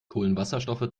kohlenwasserstoffe